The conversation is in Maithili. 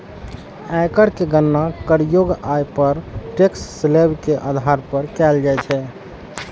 आयकर के गणना करयोग्य आय पर टैक्स स्लेब के आधार पर कैल जाइ छै